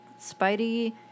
Spidey